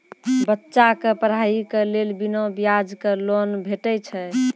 बच्चाक पढ़ाईक लेल बिना ब्याजक लोन भेटै छै?